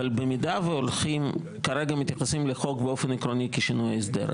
אבל במידה שהולכים כרגע מתייחסים לחוק באופן עקרוני כשינוי הסדר,